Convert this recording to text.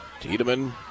Tiedemann